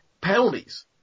Penalties